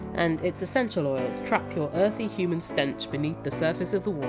and its essential oils trap your earthy human stench beneath the surface of the water,